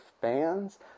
fans